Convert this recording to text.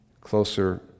closer